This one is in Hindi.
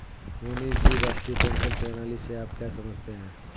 मोहनीश जी, राष्ट्रीय पेंशन प्रणाली से आप क्या समझते है?